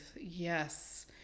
Yes